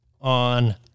on